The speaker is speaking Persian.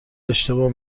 اشتباه